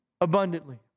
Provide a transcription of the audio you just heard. abundantly